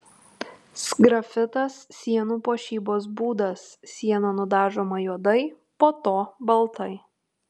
sgrafitas sienų puošybos būdas siena nudažoma juodai po to baltai